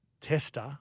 tester